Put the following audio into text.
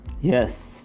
Yes